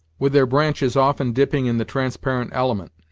with their branches often dipping in the transparent element.